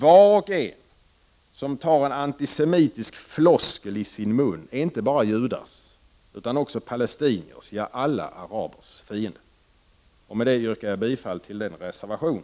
Var och en som tar en antisemitisk floskel i sin mun är inte bara judars utan också palestiniers, ja alla arabers fiende. Med detta yrkar jag bifall till vår reservation.